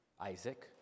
Isaac